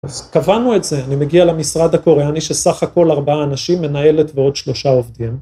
אז קבענו את זה, אני מגיע למשרד הקוריאני, שסך הכל ארבעה אנשים, מנהלת ועוד שלושה עובדים.